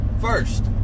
first